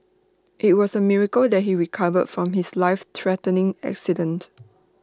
IT was A miracle that he recovered from his lifethreatening accident